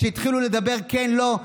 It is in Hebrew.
כשהתחילו לדבר כן לא,